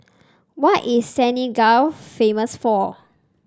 what is Senegal famous for